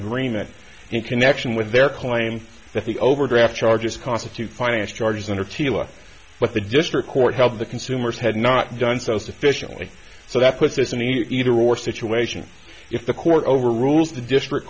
agreement in connection with their claim that the overdraft charges constitute finance charges under teela but the district court held the consumers had not done so sufficiently so that puts this an either or situation if the court overrules the district